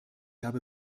habe